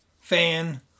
fan